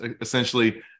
essentially